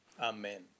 Amen